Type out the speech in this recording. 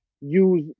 use